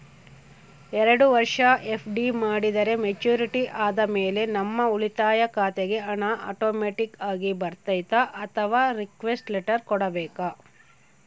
ಎರಡು ವರುಷ ಎಫ್.ಡಿ ಮಾಡಿದರೆ ಮೆಚ್ಯೂರಿಟಿ ಆದಮೇಲೆ ನಮ್ಮ ಉಳಿತಾಯ ಖಾತೆಗೆ ಹಣ ಆಟೋಮ್ಯಾಟಿಕ್ ಆಗಿ ಬರ್ತೈತಾ ಅಥವಾ ರಿಕ್ವೆಸ್ಟ್ ಲೆಟರ್ ಕೊಡಬೇಕಾ?